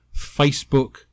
Facebook